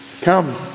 Come